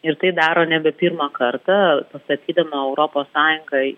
ir tai daro nebe pirmą kartą pastatydino europos sąjungai